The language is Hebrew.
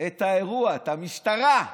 את האירוע, את המשטרה.